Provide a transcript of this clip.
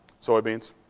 Soybeans